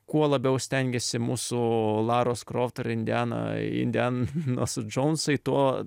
kuo labiau stengiasi mūsų laros kroft ir indiana indian nos džounsai tuo